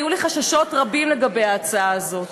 היו לי חששות רבים לגבי ההצעה הזאת,